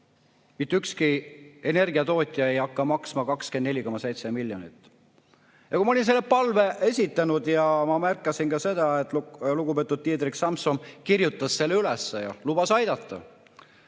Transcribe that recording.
Mitte ükski energiatootja ei hakka maksma 24,7 miljonit. Kui ma olin selle palve esitanud, ma märkasin seda, et lugupeetud Diederik Samsom kirjutas selle üles ja lubas aidata.